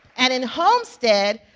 and in homestead,